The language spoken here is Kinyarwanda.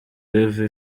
live